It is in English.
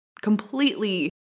completely